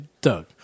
Doug